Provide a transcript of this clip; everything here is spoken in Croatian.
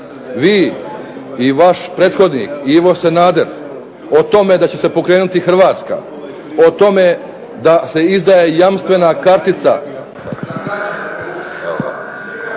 vi i vaš prethodnik Ivo Sanader o tome da će se pokrenuti Hrvatska, o tome da se izdaje jamstvena kartica,